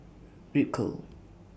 Ripcurl